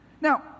Now